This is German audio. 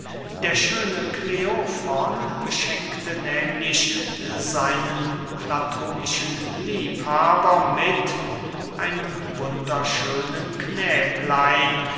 der schöne kleofron beschenkte nehmlich seinen platonischen liebhaber mit einem wunderschönen knäblein